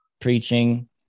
preaching